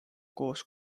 koos